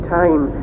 time